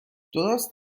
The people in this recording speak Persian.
درست